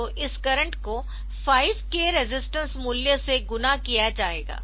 तो इस करंट को 5 k रेजिस्टेंस मूल्यसे गुणा किया जाएगा